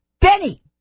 Benny